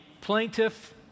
plaintiff